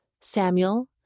Samuel